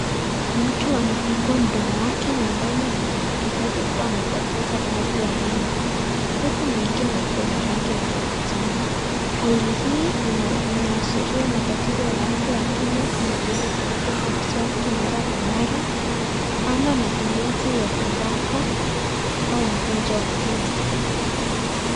Mtu anafungua mdomo wake na ndani inaonekana wazi kuwa amepoteza baadhi ya meno huku mengine yakiwa na rangi ya manjano. Hali hii inaashiria matatizo ya afya ya kinywa kama vile kutopiga mswaki mara kwa mara ama matumizi ya tobacco au mgonjwa wa fizi.